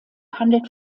handelt